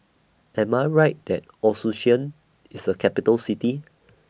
Am I Right that Asuncion IS A Capital City